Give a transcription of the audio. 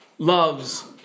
Loves